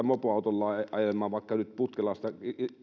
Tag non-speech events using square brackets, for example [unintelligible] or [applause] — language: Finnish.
[unintelligible] mopoautollaan ajelemaan vaikka nyt putkelasta